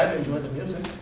enjoy the music,